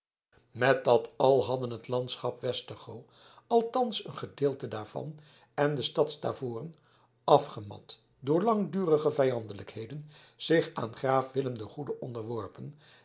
met dat al hadden het landschap westergoo althans een gedeelte daarvan en de stad stavoren afgemat door langdurige vijandelijkheden zich aan graaf willem den goeden onderworpen